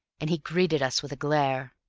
and he greeted us with a glare.